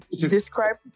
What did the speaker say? Describe